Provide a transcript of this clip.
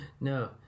no